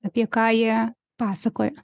apie ką jie pasakoja